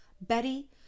Betty